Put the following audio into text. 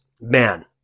man